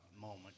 moment